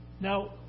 Now